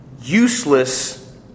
useless